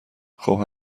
خوب